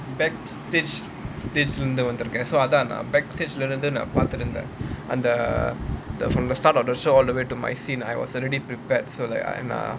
back stage stage இருந்து வந்துருக்கேன்:irunthu vanthurukkaen so அதான் நான்:athaan naan back stage இருந்து நான் பாத்திருந்தே அந்த:irunthu naan paathirunthae antha from the start of the show all the way to my scene I was already prepared so like I'm err